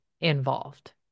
involved